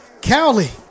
Cowley